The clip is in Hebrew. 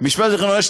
טכנולוגיה ומידע,